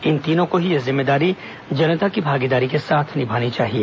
इन तीनों को ही यह जिम्मेदारी जनता की भागीदारी के साथ निभानी चाहिए